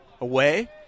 away